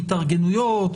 התארגנויות,